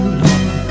long